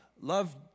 Love